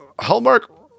Hallmark